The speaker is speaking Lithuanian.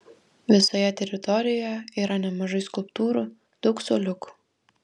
visoje teritorijoje yra nemažai skulptūrų daug suoliukų